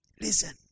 Listen